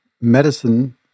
medicine